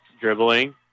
dribbling